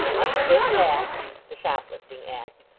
under this act the shop-lifting act,